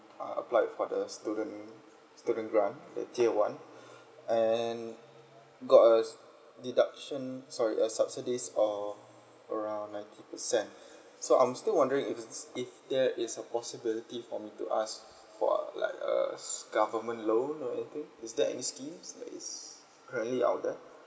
applied for the student student grant the tier one and got a deduction sorry a subsidies of around ninety percent so I'm still wondering if it's if there is a possibility for me to ask for like a government loan or anything is there any schemes that is currently out there